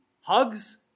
Hugs